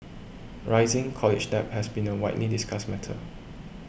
rising college debt has been a widely discussed matter